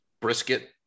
brisket